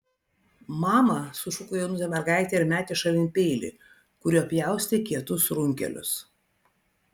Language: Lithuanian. mama sušuko jaunutė mergaitė ir metė šalin peilį kuriuo pjaustė kietus runkelius